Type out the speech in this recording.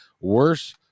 worse